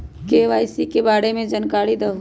KYC के बारे में जानकारी दहु?